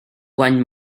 one